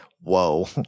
whoa